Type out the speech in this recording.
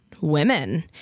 women